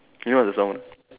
you know what's the song not